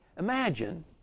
Imagine